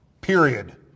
period